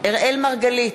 אראל מרגלית,